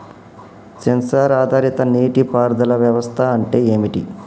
Censor ఆధారిత నీటి పారుదల వ్యవస్థ అంటే ఏమిటి?